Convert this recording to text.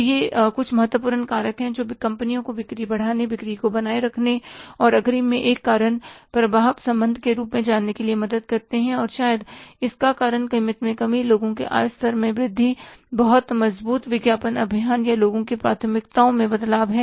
तो ये कुछ महत्वपूर्ण कारक हैं जो कंपनियों को बिक्री बढ़ाने बिक्री को बनाए रखने और अग्रिम में एक कारण प्रभाव संबंध के रूप में जानने के लिए मदद करते हैं शायद इसका कारण कीमत में कमी लोगों के आय स्तर में वृद्धि बहुत मजबूत विज्ञापन अभियान या लोगों की प्राथमिकताओं में बदलाव है